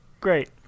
Great